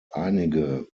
einige